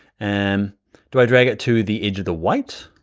and do i drag it to the edge of the white?